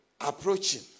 approaching